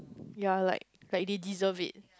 ya like like they deserve it